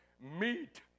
meet